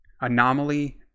Anomaly